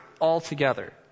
altogether